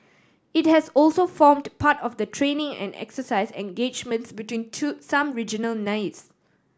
it has also formed part of the training and exercise engagements between to some regional navies